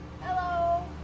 Hello